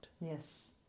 Yes